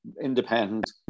independent